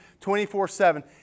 24-7